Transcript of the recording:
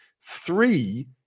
Three